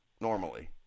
Normally